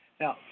Now